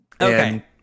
okay